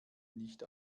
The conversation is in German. nicht